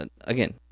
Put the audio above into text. Again